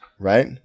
Right